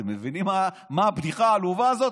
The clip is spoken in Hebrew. אתם מבינים מה הבדיחה העלובה הזאת?